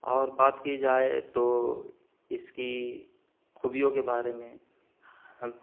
اور بات کی جائے تو اس کی خوبیوں کے بارے میں ہم